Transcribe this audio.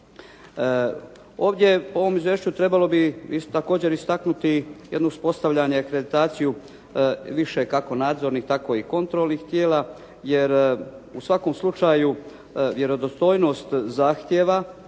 Ovdje u ovom izvješću trebalo bi isto također istaknuti jednu uspostavljanje akreditaciju više kako nadzornih tako i kontrolnih tijela, jer u svakom slučaju vjerodostojnost zahtjeva